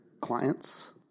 clients